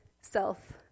self